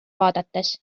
vaadates